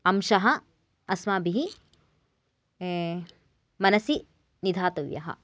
अंशः अस्माभिः मनसि निधातव्यः